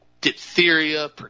diphtheria